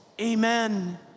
amen